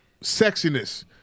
sexiness